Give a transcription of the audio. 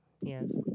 Yes